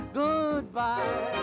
goodbye